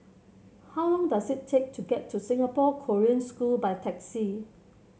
how long does it take to get to Singapore Korean School by taxi